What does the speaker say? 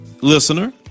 listener